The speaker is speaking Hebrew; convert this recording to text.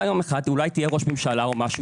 אתה יום אחד אולי תהיה ראש ממשלה או משהו.